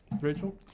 Rachel